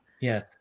Yes